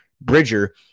Bridger